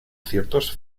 ciertos